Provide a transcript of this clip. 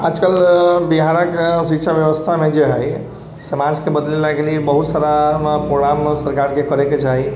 आजकल बिहारके शिक्षा बेबस्थामे जे हइ समाजके बदलैके लिए बहुत सारा प्रोग्राम सरकारके करैके चाही